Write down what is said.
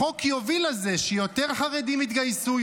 החוק יוביל לזה שיותר חרדים יתגייסו,